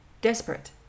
Desperate